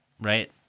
right